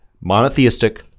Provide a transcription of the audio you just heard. monotheistic